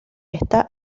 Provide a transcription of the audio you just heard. está